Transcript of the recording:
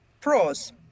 Pros